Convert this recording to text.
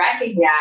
recognize